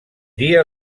dia